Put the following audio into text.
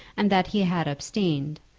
and that he had abstained,